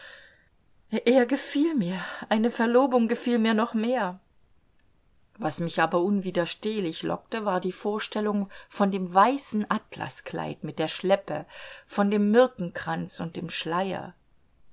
er gefiel mir eine verlobung gefiel mir noch mehr was mich aber unwiderstehlich lockte war die vorstellung von dem weißen atlaskleid mit der schleppe von dem myrtenkranz und dem schleier